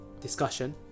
discussion